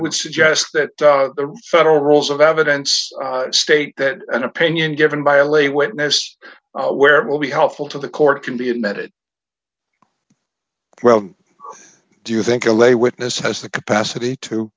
would suggest that the federal rules of evidence state that an opinion given by a lay witness where it will be helpful to the court can be admitted well do you think a lay witness has the capacity to